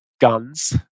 guns